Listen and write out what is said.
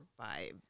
vibe